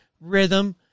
rhythm